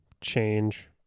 change